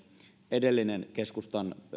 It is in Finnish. edellinen keskustan